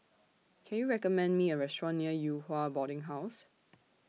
Can YOU recommend Me A Restaurant near Yew Hua Boarding House